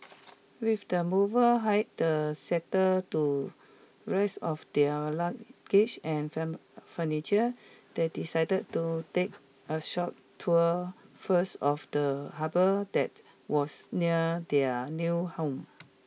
with the mover hired settle to rest of their luggage and furniture that they decided to take a short tour first of the harbour that was near their new home